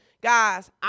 Guys